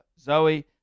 Zoe